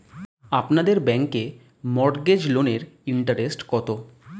আপনাদের ব্যাংকে মর্টগেজ লোনের ইন্টারেস্ট কত?